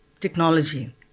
technology